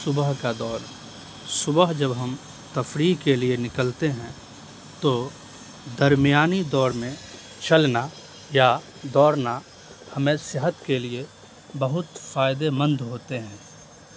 صبح کا دور صبح جب ہم تفریح کے لیے نکلتے ہیں تو درمیانی دوڑ میں چلنا یا دووڑنا ہمیں صحت کے لیے بہت فائدے مند ہوتے ہیں